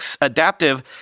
Adaptive